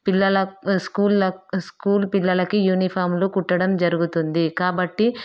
పిల్లలక్ స్కూలక్ స్కూల్ పిల్లలకి యూనిఫార్మ్లు కుట్టడం జరుగుతుంది కాబట్టి